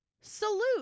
Salute